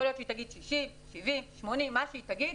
יכול להיות שהיא תגיד 60, 70, 80, מה שהיא תגיד.